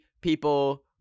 people